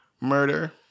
murder